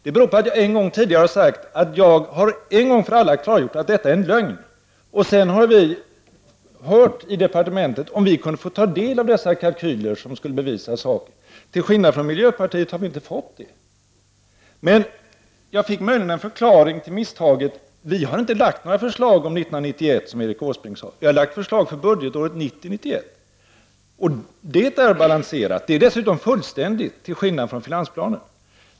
Det beror på att jag tidigare en gång för alla har klargjort att detta är en lögn. Vi har hört efter i departementet om vi kunde få del av dessa kalkyler, som skulle bevisa saken. Till skillnad från miljöpartiet har vi inte fått det. Men jag fick möjligen en förklaring till misstaget. Vi har inte lagt fram något förslag för 1991, som Erik Åsbrink sade. Vi har lagt fram förslag för budgetåret 1990/91, och det är balanserat. Det är dessutom fullständigt, till skillnad från finansplanen.